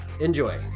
Enjoy